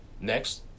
next